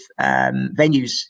venues